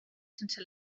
sense